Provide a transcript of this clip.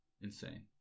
insane